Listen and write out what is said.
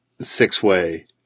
six-way –